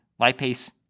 lipase